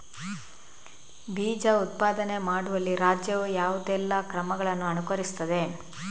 ಬೀಜ ಉತ್ಪಾದನೆ ಮಾಡುವಲ್ಲಿ ರಾಜ್ಯವು ಯಾವುದೆಲ್ಲ ಕ್ರಮಗಳನ್ನು ಅನುಕರಿಸುತ್ತದೆ?